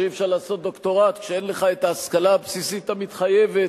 שאי-אפשר לעשות דוקטורט כשאין לך ההשכלה הבסיסית המתחייבת.